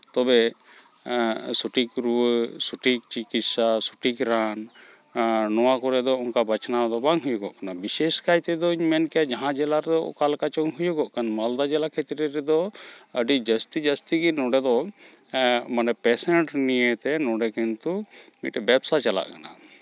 ᱛᱚᱵᱮ ᱥᱚᱴᱷᱤᱠ ᱨᱩᱣᱟᱹ ᱥᱚᱴᱷᱤᱠ ᱪᱤᱠᱤᱥᱥᱟ ᱥᱚᱴᱷᱤᱠ ᱨᱟᱱ ᱱᱚᱣᱟ ᱠᱚᱨᱮ ᱫᱚ ᱚᱝᱠᱟ ᱵᱟᱪᱷᱱᱟᱣ ᱫᱚ ᱵᱟᱝ ᱦᱩᱭᱩᱜᱚᱜ ᱠᱟᱱᱟ ᱵᱤᱥᱮᱥ ᱠᱟᱭᱛᱮᱫᱚᱧ ᱢᱮᱱ ᱠᱮᱭᱟ ᱡᱟᱦᱟᱸ ᱡᱮᱞᱟ ᱨᱮᱫᱚ ᱚᱠᱟ ᱞᱮᱠᱟ ᱪᱚᱝ ᱦᱩᱭᱩᱜᱚᱜ ᱠᱟᱱ ᱢᱟᱞᱫᱟ ᱡᱮᱞᱟ ᱠᱷᱮᱹᱛᱨᱮᱹ ᱨᱮᱫᱚ ᱟᱹᱰᱤ ᱡᱟᱹᱥᱛᱤᱼᱡᱟᱹᱥᱛᱤ ᱜᱮ ᱱᱚᱸᱰᱮ ᱫᱚ ᱢᱟᱱᱮ ᱯᱮᱥᱮᱱᱴ ᱱᱤᱭᱟᱹ ᱛᱮ ᱱᱚᱸᱰᱮ ᱠᱤᱱᱛᱩ ᱢᱤᱫᱴᱮᱡ ᱵᱮᱵᱥᱟ ᱪᱟᱞᱟᱜ ᱠᱟᱱᱟ